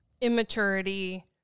immaturity